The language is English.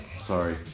Sorry